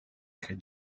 crée